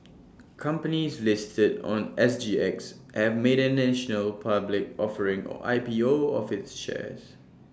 companies listed on S G X have made an initial public offering or I P O of its shares